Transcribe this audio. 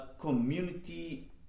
community